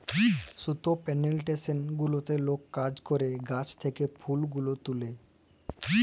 সুতা পেলেনটেসন গুলাতে লক কাজ ক্যরে গাহাচ থ্যাকে ফুল গুলান তুলে